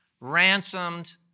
ransomed